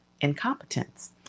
incompetence